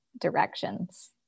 directions